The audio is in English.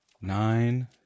Nine